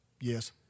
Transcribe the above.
Yes